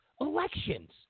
elections